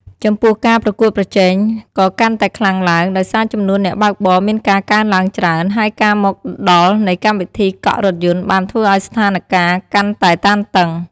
ចំពោះការប្រកួតប្រជែងក៏កាន់តែខ្លាំងឡើង ដោយសារចំនួនអ្នកបើកបរមានការកើនទ្បើងច្រើន ហើយការមកដល់នៃកម្មវិធីកក់រថយន្តបានធ្វើឱ្យស្ថានការណ៍កាន់តែតានតឹង។